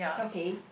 okay